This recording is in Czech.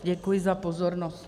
Děkuji za pozornost.